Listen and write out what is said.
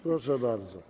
Proszę bardzo.